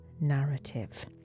narrative